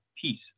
peace